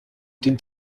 den